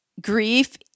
grief